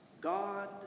God